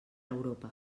europa